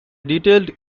detailed